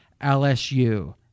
LSU